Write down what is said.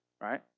Right